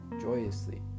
joyously